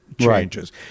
changes